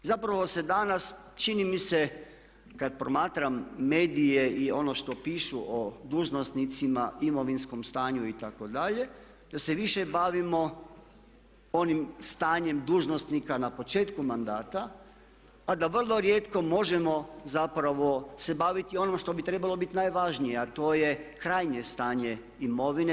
Zapravo se danas čini mi se kad promatram medije i ono što pišu o dužnosnicima, imovinskom stanju itd., da se više bavimo onim stanjem dužnosnika na početku mandata pa da vrlo rijetko možemo zapravo se baviti onim što bi trebalo biti najvažnije, a to je krajnje stanje imovine.